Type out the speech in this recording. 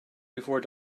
before